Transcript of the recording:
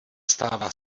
stává